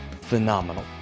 phenomenal